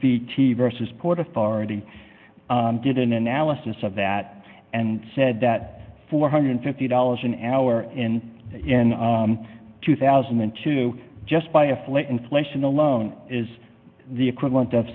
b t versus port authority did an analysis of that and said that four hundred and fifty dollars an hour in in two thousand and two just by a flat inflation alone is the equivalent of